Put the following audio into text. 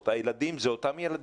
הילדים הם אותם ילדים,